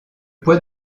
poids